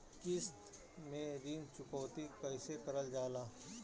किश्त में ऋण चुकौती कईसे करल जाला?